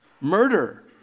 Murder